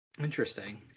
Interesting